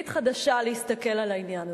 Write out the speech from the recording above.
אני רוצה להציג זווית חדשה להסתכלות על העניין הזה.